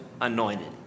anointed